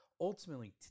ultimately